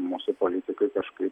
mūsų politikai kažkai